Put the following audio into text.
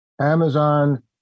Amazon